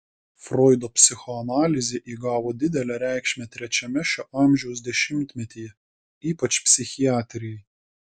froido psichoanalizė įgavo didelę reikšmę trečiame šio amžiaus dešimtmetyje ypač psichiatrijai